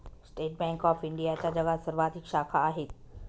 state Bank of इंडियाच्या जगात सर्वाधिक शाखा आहेत